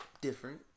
different